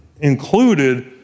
included